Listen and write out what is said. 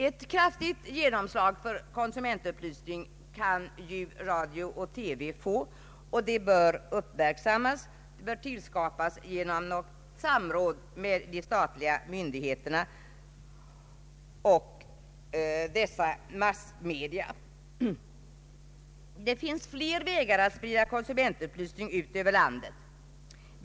Ett kraftigt genomslag får konsumentupplysningen, om den förmedlas genom radio och TV. Detta bör uppmärksammas och utnyttjas genom samråd mellan de statliga myndigheterna och dessa massmedia. Det finns flera vägar att sprida konsumentupplysning ut över landet genom utställningar, föredrag, diskussioner, etc.